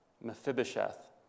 Mephibosheth